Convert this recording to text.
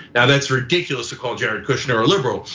now, that's ridiculous to call jared kushner a liberal,